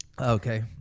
Okay